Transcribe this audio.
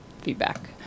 feedback